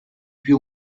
più